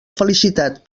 felicitat